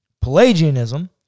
Pelagianism